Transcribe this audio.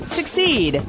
Succeed